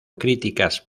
críticas